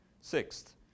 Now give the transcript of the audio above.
Sixth